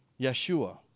Yeshua